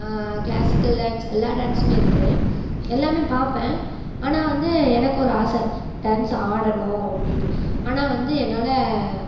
classical dance எல்லா டான்ஸும் இருக்கு எல்லாம் பார்ப்பேன் ஆனால் வந்து எனக்கு ஒரு ஆசை டான்ஸ் ஆடணும் அப்படின்னு ஆனால் வந்து என்னால்